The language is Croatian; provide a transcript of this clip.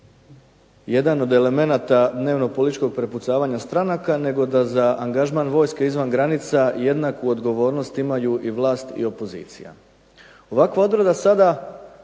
jedan od elemenata dnevnopolitičkog prepucavanja stranaka, nego da za angažman vojske izvan granica jednaku odgovornost imaju i vlast i opozicija. Ovakva odredba sada